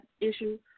issue